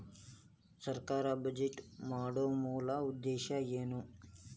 ಸರ್ಕಾರ್ ಬಜೆಟ್ ಮಾಡೊ ಮೂಲ ಉದ್ದೇಶ್ ಏನು?